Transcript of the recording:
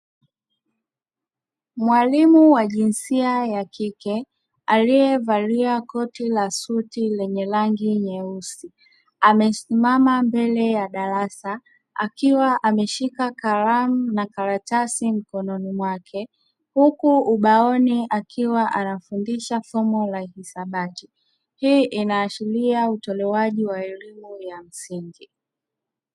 Mwalimu wa jinsia ya kike, aliyevalia koti la suti lenye rangi nyeusi, amesimama mbele ya darasa, akiwa ameshika kalamu na karatasi mkononi mwake. Huku ubaoni akiwa anafundisha somo la hisabati. Hii inaashiria utoaji wa elimu ya msingi.